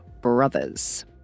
brothers